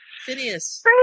Phineas